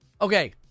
okay